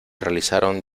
realizaron